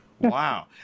Wow